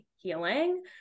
healing